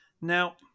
Now